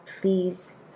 please